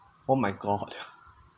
oh my god